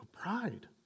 pride